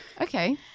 Okay